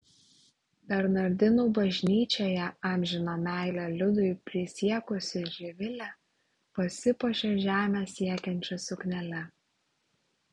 bernardinų bažnyčioje amžiną meilę liudui prisiekusi živilė pasipuošė žemę siekiančia suknele